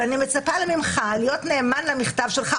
ואני מצפה ממך להיות נאמן למכתב שלך,